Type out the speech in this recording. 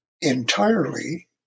entirely